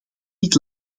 niet